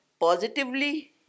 positively